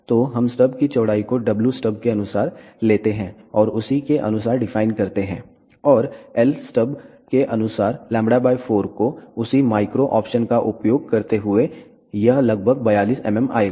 तो हम स्टब की चौड़ाई को w स्टब के अनुसार लेते हैं और उसी के अनुसार डिफाइन करते हैं और l स्टब के अनुसार λ 4 को उसी माइक्रो ऑप्शन का उपयोग करते हुए यह लगभग 42 mm आएगा